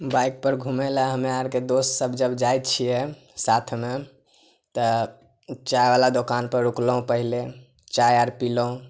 बाइकपर घुमय लए हमे आरके दोस्त सभ जब जाइ छियै साथमे तऽ चायवला दोकानपर रोकलहुँ पहिले चाय आर पिलहुँ